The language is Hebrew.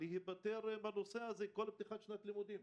להיפטר מהנושא הזה בכל פתיחת שנת לימודים.